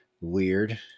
weird